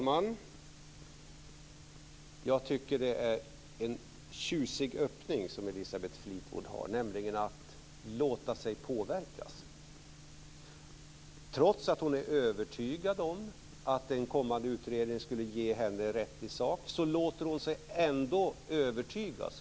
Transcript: Fru talman! Det en tjusig öppning som Elisabeth Fleetwood har, att låta sig påverkas. Trots att hon är övertygad om att en kommande utredning skulle ge henne rätt i sak låter hon sig ändå övertygas.